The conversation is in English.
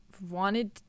wanted